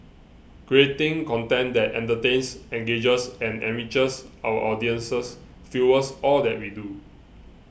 creating content that entertains engages and enriches our audiences fuels all that we do